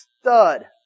stud